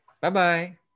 Bye-bye